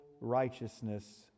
righteousness